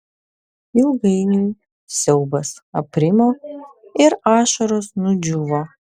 ilgainiui siaubas aprimo ir ašaros nudžiūvo